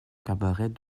cabaret